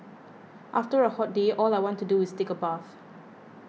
after a hot day all I want to do is take a bath